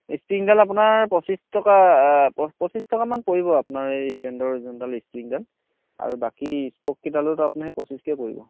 Springdale আপোনাৰ পঁচিছ টকা প পঁচিছ টকামান পৰিব আপোনাৰ এই ষ্টেণ্ডৰ যোনডাল স্প্ৰিংডাল আৰু বাকী স্পককেইডালত আপুনি সেই পঁচিছকৈ পৰিব